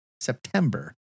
September